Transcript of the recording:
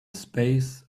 space